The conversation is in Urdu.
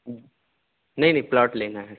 نہیں نہیں پلاٹ لینا ہے